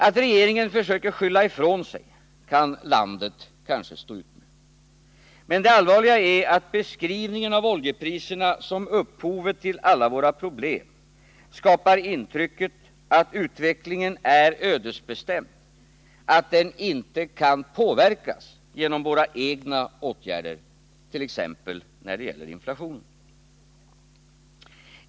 Att regeringen försöker skylla ifrån sig kan landet kanske stå ut med. Men det allvarliga är att beskrivningen av oljepriserna som upphovet till alla våra problem skapar intrycket att utvecklingen är ödesbestämd och att den inte kan påverkas genom våra egna åtgärder, t.ex. när det gäller inflationen.